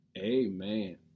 amen